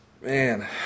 Man